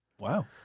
Wow